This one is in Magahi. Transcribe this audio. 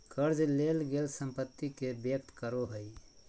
कर्ज लेल गेल संपत्ति के व्यक्त करो हइ